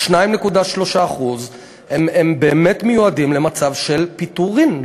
ה-2.3% באמת מיועדים למצב של פיטורים,